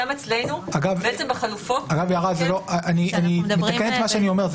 גם אצלנו בחלופות אנחנו מדברים --- אני אתקן את מה שאני אומר.